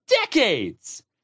decades